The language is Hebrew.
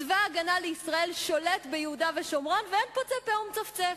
צבא-הגנה לישראל שולט ביהודה ושומרון ואין פוצה פה ומצפצף.